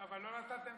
אבל לא נתתם גם,